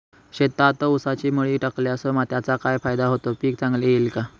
शेतात ऊसाची मळी टाकल्यास त्याचा काय फायदा होतो, पीक चांगले येईल का?